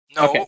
No